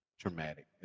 traumatic